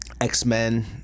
X-Men